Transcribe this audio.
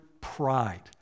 pride